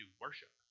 worship